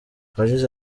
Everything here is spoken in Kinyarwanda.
yagize